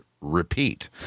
repeat